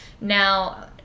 now